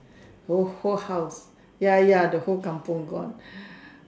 whole whole house ya ya the whole kampung gone